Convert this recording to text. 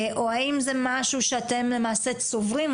או האם זה משהו שאתם למעשה צוברים,